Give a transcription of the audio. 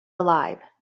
alive